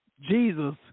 Jesus